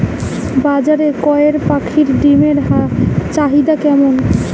বাজারে কয়ের পাখীর ডিমের চাহিদা কেমন?